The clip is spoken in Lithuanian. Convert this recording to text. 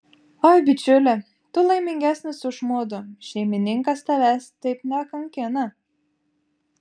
oi bičiuli tu laimingesnis už mudu šeimininkas tavęs taip nekankina